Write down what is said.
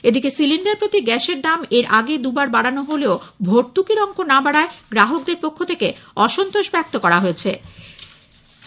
এদিকে সিলিন্ডার প্রতি গ্যাসের দাম এর আগে দুবার বাড়ানো হলেও ভর্তুকির অঙ্ক না বাড়ায় গ্রাহকদের পক্ষ থেকে অসন্তোষ ব্যক্ত করা হয়েছে